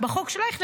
בחוק של אייכלר,